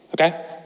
Okay